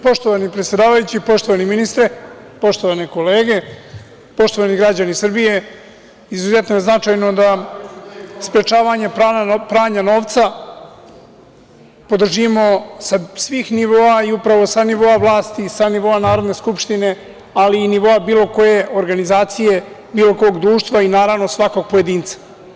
Poštovani predsedavajući, poštovani ministre, poštovane kolege, poštovani građani Srbije, izuzetno je značajno da sprečavanje pranja novca podržimo sa svih nivoa i upravo sa nivoa vlasti i sa nivoa Narodne skupštine, ali i nivoa bilo koje organizacije bilo kog društva i naravno svakog pojedinca.